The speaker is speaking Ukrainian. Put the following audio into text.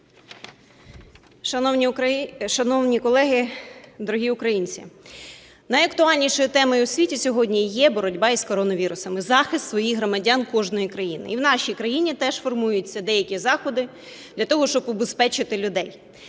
Шановні колеги, дорогі українці! Найактуальнішою темою у світі сьогодні є боротьба з коронавірусом, захист своїх громадян кожною країною. І в нашій країні теж формуються деякі заходи для того, щоб убезпечити людей.